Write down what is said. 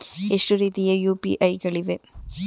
ಎಷ್ಟು ರೀತಿಯ ಯು.ಪಿ.ಐ ಗಳಿವೆ?